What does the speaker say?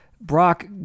Brock